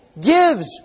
gives